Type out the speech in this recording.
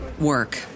work